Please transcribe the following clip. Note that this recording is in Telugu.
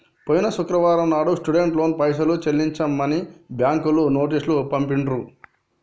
పోయిన శుక్రవారం నాడు స్టూడెంట్ లోన్ పైసలు చెల్లించమని బ్యాంకులు నోటీసు పంపిండ్రు